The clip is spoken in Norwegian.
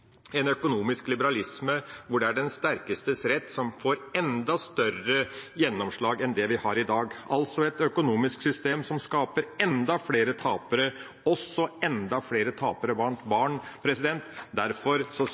en økonomisk liberalisme hvor det er den sterkeste rett som får enda større gjennomslag enn det den har i dag, altså et økonomisk system som skaper enda flere tapere, også enda flere tapere blant barn. Derfor